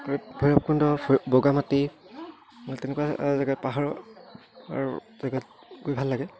ভৈৰৱকুণ্ড বগা মাটি তেনেকুৱা জেগাত পাহাৰৰ জেগাত গৈ ভাল লাগে